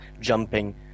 Jumping